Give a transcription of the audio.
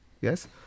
yes